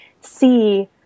see